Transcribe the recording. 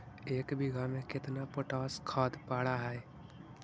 एक बिघा में केतना पोटास खाद पड़ है?